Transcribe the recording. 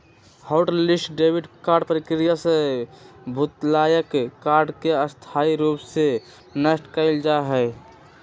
hot list debit card प्रक्रिया से भुतलायल कार्ड के स्थाई रूप से नष्ट कएल जाइ छइ